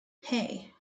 hey